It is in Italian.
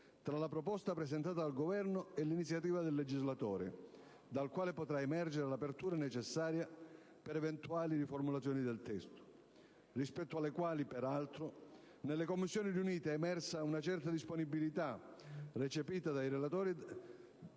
tra il testo presentato dal Governo e le proposte di iniziativa parlamentare, dal quale potrà emergere l'apertura necessaria per eventuali riformulazioni, rispetto alle quali, peraltro, nelle Commissioni riunite è emersa una certa disponibilità da parte dei relatori